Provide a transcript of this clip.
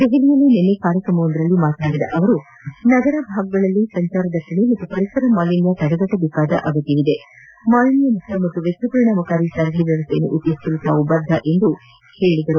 ದೆಹಲಿಯಲ್ಲಿ ನಿನ್ನೆ ಕಾರ್ಯಕ್ರಮವೊಂದರಲ್ಲಿ ಮಾತನಾಡಿದ ಅವರು ನಗರ ಭಾಗಗಳಲ್ಲಿ ಸಂಚಾರ ದಟ್ಟಣೆ ಮತ್ತು ಪರಿಸರಮಾಲಿನ್ತ ತಡೆಗಟ್ಟಬೇಕಾದ ಅಗತ್ತವಿದೆ ಮಾಲಿನ್ಡಮುಕ್ತ ಮತ್ತು ವೆಚ್ವ ಪರಿಣಾಮಕಾರಿ ಸಾರಿಗೆ ವ್ಯವಸ್ಥೆಯನ್ನು ಉತ್ತೇಜಿಸಲು ತಾವು ಬದ್ದ ಎಂದು ಸಚಿವ ಗಡ್ನರಿ ತಿಳಿಸಿದರು